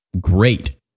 Great